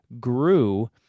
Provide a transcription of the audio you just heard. grew